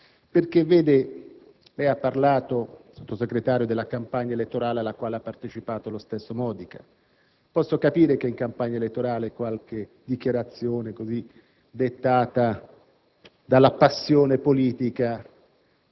lei ha parlato della campagna elettorale alla quale ha partecipato lo stesso Modica. Posso capire che in campagna elettorale qualche dichiarazione dettata dalla passione politica